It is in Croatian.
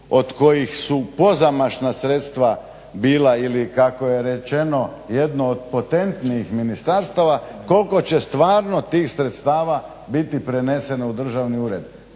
od kojih su pozamašna sredstva bila ili kako je rečeno jedno od potentnih ministarstava, koliko će stvarno tih sredstava biti preneseno u državni ured.